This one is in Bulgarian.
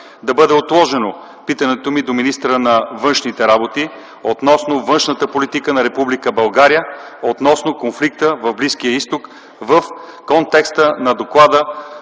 да бъде отложено питането ми до министъра на външните работи относно външната политика на Република България относно конфликта в Близкия Изток в контекста на Доклада